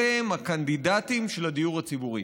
אלה הקנדידטים של הדיור הציבורי.